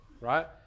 Right